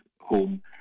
home